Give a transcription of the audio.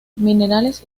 minerales